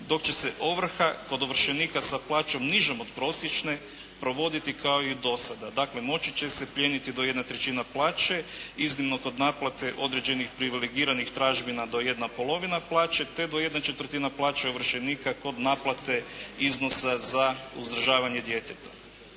dok će se ovrha kod ovršenika sa plaćom nižom od prosječne provoditi kao i do sada. Dakle, moći će se plijeniti do 1/3 plaće, iznimno kod naplate određenih privilegiranih tražbina do 1/2 plaće te do 1/4 plaće ovršenika kod naplate iznosa za uzdržavanje djeteta.